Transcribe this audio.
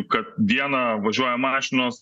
kad dieną važiuoja mašinos